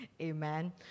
Amen